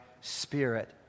spirit